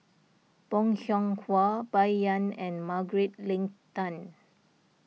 Bong Hiong Hwa Bai Yan and Margaret Leng Tan